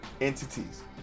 entities